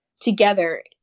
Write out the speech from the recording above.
together